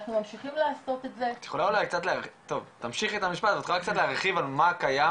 אנחנו ממשיכים לעשות את זה --- את יכולה אולי קצת להרחיב על מה קיים,